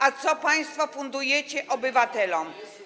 A co państwo fundujecie obywatelom?